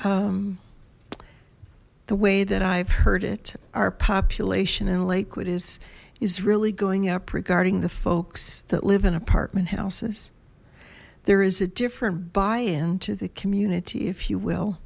and the way that i've heard it our population and lakewood is is really going up regarding the folks that live in apartment houses there is a different buy in to the community if you will